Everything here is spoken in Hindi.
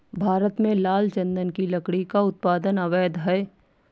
भारत में लाल चंदन की लकड़ी का उत्पादन अवैध है